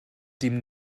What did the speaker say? dem